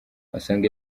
wasanga